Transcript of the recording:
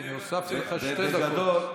הינה, הוספתי לך שתי דקות.